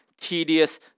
tedious